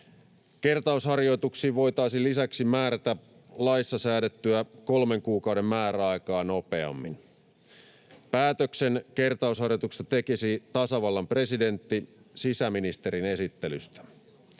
Kertausharjoituksiin voitaisiin lisäksi määrätä laissa säädettyä kolmen kuukauden määräaikaa nopeammin. Päätöksen kertausharjoituksesta tekisi tasavallan presidentti sisäministerin esittelystä.